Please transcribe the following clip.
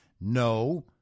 No